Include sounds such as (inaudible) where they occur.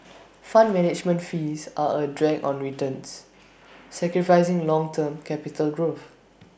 (noise) fund management fees are A drag on returns sacrificing long term capital growth